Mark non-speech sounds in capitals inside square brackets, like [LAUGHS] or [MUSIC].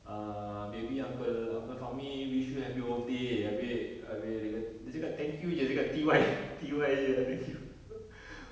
err baby uncle uncle fahmi wish you happy birthday habis habis dia ka~ dia cakap thank you dia cakap T_Y T_Y jer ah [LAUGHS] thank you [LAUGHS]